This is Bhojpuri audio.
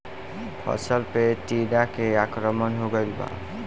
फसल पे टीडा के आक्रमण हो गइल बा?